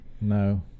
No